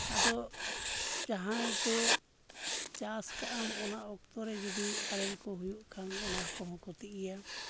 ᱟᱫᱚ ᱡᱟᱦᱟᱸᱨᱮ ᱪᱟᱥ ᱠᱟᱜᱼᱟᱢ ᱚᱱᱟ ᱚᱠᱛᱚᱨᱮ ᱡᱩᱫᱤ ᱟᱨᱮᱹᱞ ᱠᱚ ᱦᱩᱭᱩᱜ ᱠᱷᱟᱱ ᱚᱱᱟ ᱠᱚᱦᱚᱸ ᱠᱷᱩᱛᱤᱜ ᱜᱮᱭᱟ